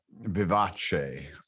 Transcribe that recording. vivace